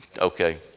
okay